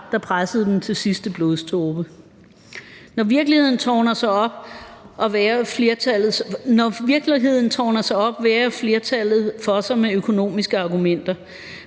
der pressede dem til sidste blodsdråbe. Når virkeligheden tårner sig op, værger flertallet for sig med økonomiske argumenter,